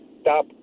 stop